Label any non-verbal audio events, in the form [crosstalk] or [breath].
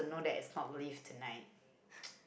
[breath]